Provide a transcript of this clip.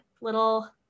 little